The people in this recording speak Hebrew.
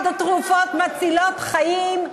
לעוד תרופות מצילות חיים,